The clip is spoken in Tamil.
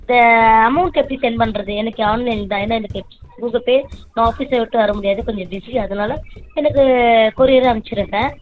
இந்த அமௌண்ட் எப்படி சென்ட் பண்ணுறது எனக்கு ஆன்லைன்தான் ஏன்னா எனக்கு கூகுள் பே நான் ஆஃபீஸை விட்டு வரமுடியாது கொஞ்சம் பிஸி அதனால எனக்கு கொரியரே அனுப்பிச்சிடுங்க